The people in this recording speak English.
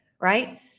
Right